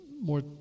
more